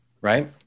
Right